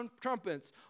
trumpets